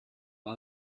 der